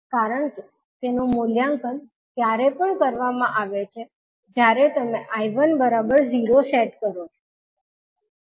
કારણ કે તેનું મૂલ્યાંકન ત્યારે પણ કરવામાં આવે છે જ્યારે તમે 𝐈1 0 સેટ કરો છો